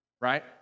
right